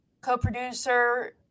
co-producer